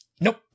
Nope